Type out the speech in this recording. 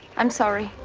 i'm sorry.